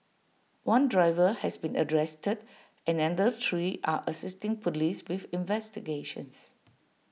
one driver has been arrested and another three are assisting Police with investigations